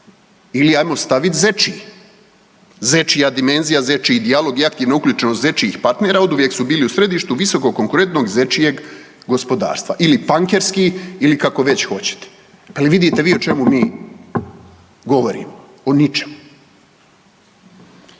ili ajmo stavit „zečji“, zečja dimenzija, zečji dijalog i aktivna uključenost zečjih partnera oduvijek su bili u središtu visokokonkurentnog zečjeg gospodarstva ili pankerski ili kako već hoćete. Pa je li vidite vi o čemu mi govorimo? O ničemu.